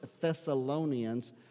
Thessalonians